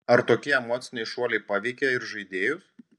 ar tokie emociniai šuoliai paveikia ir žaidėjus